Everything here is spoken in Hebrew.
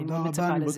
אני מצפה לזה.